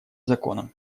законом